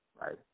Right